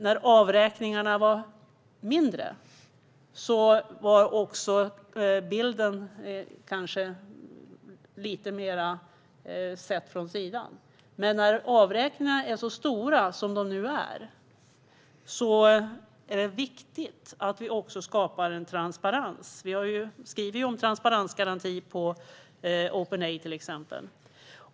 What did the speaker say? När avräkningarna var mindre sågs bilden kanske lite mer från sidan, men när avräkningarna är så stora som de är nu är det viktigt att vi skapar transparens. Till exempel skriver vi om transparensgaranti på openaid.se.